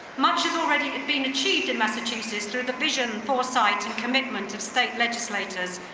much has already been achieved in massachusetts through the vision, foresight and commitment of state legislators,